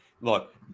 look